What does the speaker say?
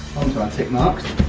onto our tick marks